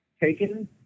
taken